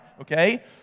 Okay